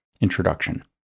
introduction